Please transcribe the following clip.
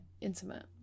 intimate